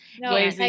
No